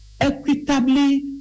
equitably